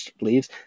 leaves